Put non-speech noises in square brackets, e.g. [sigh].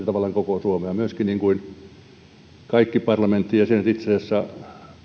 [unintelligible] tavallaan koko suomea myöskin niin kuin kaikki parlamentin jäsenethän itse asiassa